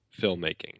filmmaking